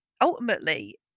ultimately